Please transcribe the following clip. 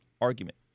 argument